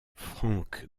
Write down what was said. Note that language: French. frank